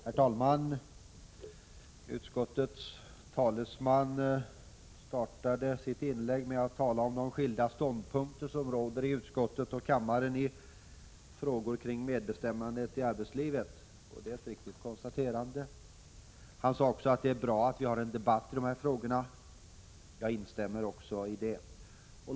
Herr talman! Utskottets talesman började sitt inlägg med att säga att det råder skilda ståndpunkter i utskottet och kammaren i frågor kring medbestämmandet i arbetslivet, och det är ett riktigt konstaterande. Han sade också att det är bra att vi har en debatt i dessa frågor, och jag instämmer också i det. Herr talman!